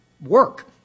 work